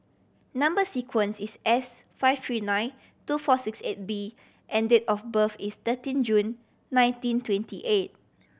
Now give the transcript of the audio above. number sequence is S five three nine two four six eight B and date of birth is thirteen June nineteen twenty eight